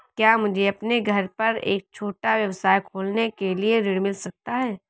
क्या मुझे अपने घर पर एक छोटा व्यवसाय खोलने के लिए ऋण मिल सकता है?